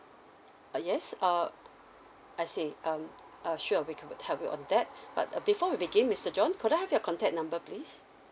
uh yes err I see um uh sure we could help you on that but uh before we begin mister john could I have your contact number please